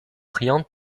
riant